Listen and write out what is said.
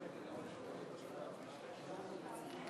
תוצאות ההצבעה: